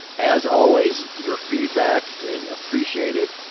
as always, your feedback is appreciated.